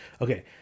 Okay